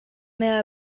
may